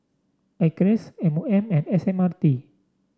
Acres M O M and S M R T